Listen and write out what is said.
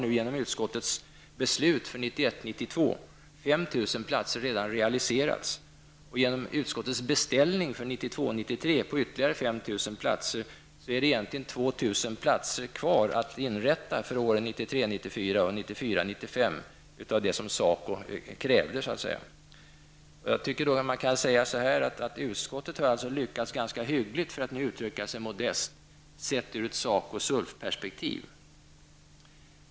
platser redan realiserats. Genom utskottets beställning för 1992/93 på ytterligare 5 000 platser är det egentligen av det som SACO krävde 2 000 För att uttrycka sig modest tycker jag att man kan säga att utskottet har lyckats ganska hyggligt, sett ur SACOs och SULFs perspektiv.